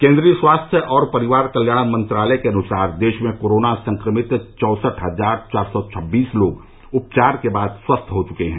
केन्द्रीय स्वास्थ्य और परिवार कल्याण मंत्रालय के अनुसार देश में कोरोना संक्रमित चौंसठ हजार चार सौ छब्बीस लोग उपचार के बाद स्वस्थ हो चुके हैं